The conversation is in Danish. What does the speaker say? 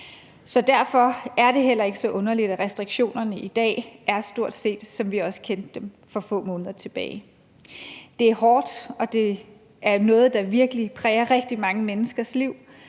Og derfor er det heller ikke så underligt, at restriktionerne i dag er stort set, som vi også kendte dem for få måneder tilbage. Det er hårdt og noget, der berører rigtig mange menneskers liv,